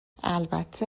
البته